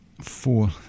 four